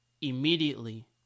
immediately